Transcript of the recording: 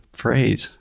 phrase